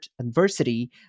adversity